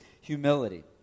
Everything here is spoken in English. Humility